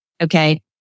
Okay